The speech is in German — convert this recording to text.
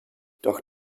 doch